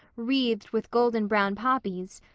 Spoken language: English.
wreathed with golden-brown poppies,